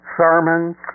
sermons